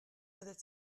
oeddet